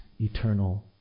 eternal